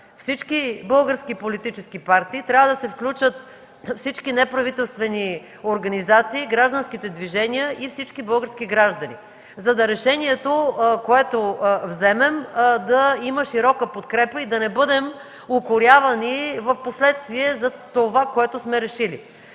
всички български политически партии, всички неправителствени организации, гражданските движения и всички български граждани – решението, което вземем, да има широка подкрепа и да не бъдем укорявани впоследствие за това, което сме решили.